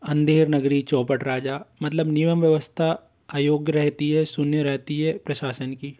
अंधेरे नगरी चौपट राजा मतलब निवम व्यवस्ता अयोग्य रहती है शून्य रहती है प्रशासन की